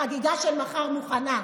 החגיגה של מחר מוכנה.